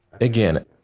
Again